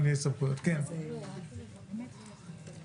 הסתייגויות 1,